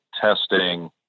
testing